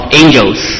angels